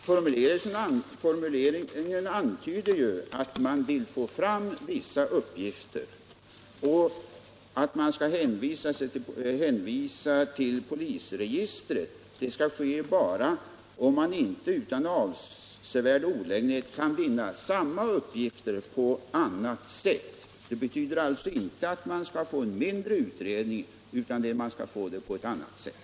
Herr talman! Formuleringen antyder ju att man vill få fram vissa uppgifter och att hänvisning till polisregistret skall göras bara om man inte utan avsevärd olägenhet kan erhålla samma uppgifter på annat sätt. Det betyder alltså inte mindre utredning utan att man skall få dem på ett annat sätt.